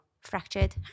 fractured